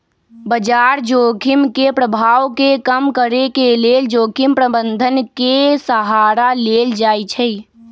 बजार जोखिम के प्रभाव के कम करेके लेल जोखिम प्रबंधन के सहारा लेल जाइ छइ